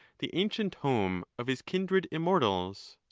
the ancient home of his kindred immortals.